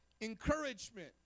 encouragement